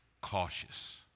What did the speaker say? cautious